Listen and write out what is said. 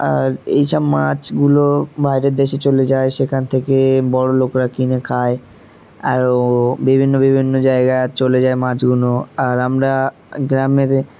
আর এই সব মাছগুলো বাইরের দেশে চলে যায় সেখান থেকে বড়ো লোকরা কিনে খায় আরও বিভিন্ন বিভিন্ন জায়গায় চলে যায় মাছগুলো আর আমরা গ্রামে